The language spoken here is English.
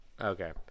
okay